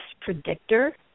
predictor